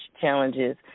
challenges